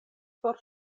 por